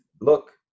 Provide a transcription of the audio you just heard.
look